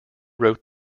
wrote